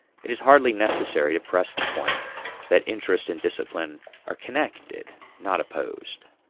it is hardly necessary to press the point that interest and discipline are connected, not opposed.